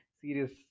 Serious